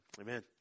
amen